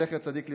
זכר צדיק לברכה,